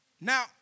Now